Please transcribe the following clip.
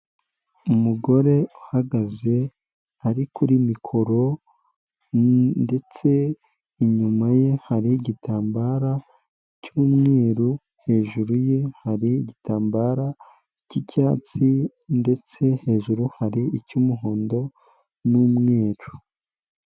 Umugore uhagaze ari kuri mikoro ndetse inyuma ye hari igitambara cy'umweru, hejuru ye hari igitambara cy'icyatsi ndetse hejuru hari icy'umuhondo n'umweru.